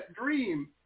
dream